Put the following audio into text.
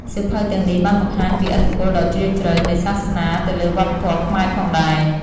សៀវភៅទាំងនេះបានបង្ហាញពីឥទ្ធិពលដ៏ជ្រាលជ្រៅនៃសាសនាទៅលើវប្បធម៌ខ្មែរផងដែរ។